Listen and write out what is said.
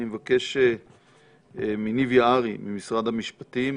אני מבקש מניב יערי, ממשרד המשפטים,